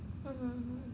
(uh huh) !huh!